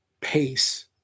pace